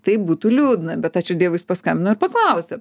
tai būtų liūdna bet ačiū dievui jis paskambino ir paklausė